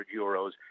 euros